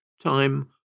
Time